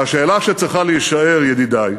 והשאלה שצריכה להישאל, ידידי,